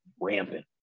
rampant